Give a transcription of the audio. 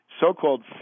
so-called